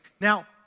Now